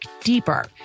deeper